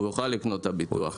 הוא יוכל לקנות את הביטוח.